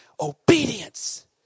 Obedience